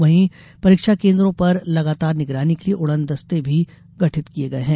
वहीं परीक्षा केन्द्रों पर लगातार निगरानी के लिये उड़न दस्ते भी गठित किये गये हैं